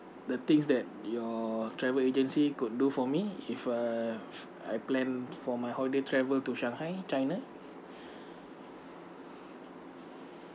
the things that your travel agency could do for me if uh I plan for my holiday travel to shanghai china